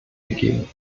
gegeben